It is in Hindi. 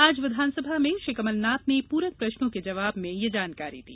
आज विधानसभा में श्री कमलनाथ ने पूरक प्रश्नों के जवाब में यह जानकारी दी